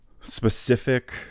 specific